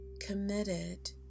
committed